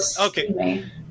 Okay